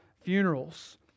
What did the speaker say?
funerals